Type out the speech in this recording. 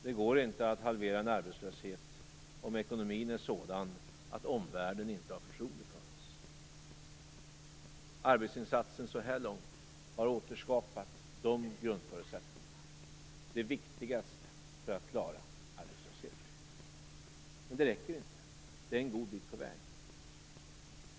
Det går inte att halvera en arbetslöshet om ekonomin är sådan att omvärlden inte har förtroende för oss. Arbetsinsatsen så här långt har återskapat de grundförutsättningarna, det viktigaste för att klara arbetslösheten. Men det räcker inte. Det är en god bit på väg.